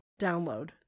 download